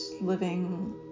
living